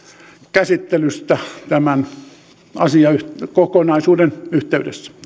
käsittelystä tämän asiakokonaisuuden yhteydessä